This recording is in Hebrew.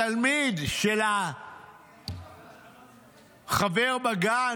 התלמיד של החבר בגן,